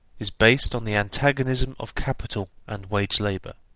is based on the antagonism of capital and wage-labour.